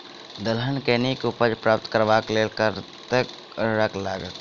दलहन केँ नीक उपज प्राप्त करबाक लेल कतेक उर्वरक लागत?